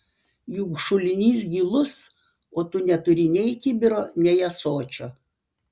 juk šulinys gilus o tu neturi nei kibiro nei ąsočio